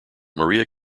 maria